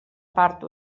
part